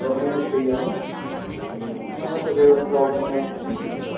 roaming बि free आहे न फ़्री न मना कुझु एड़ो प्रॉब्लम वग़ैराह न थींदी न